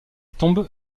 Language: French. tombe